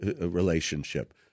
relationship